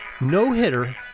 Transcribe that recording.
no-hitter